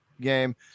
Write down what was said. game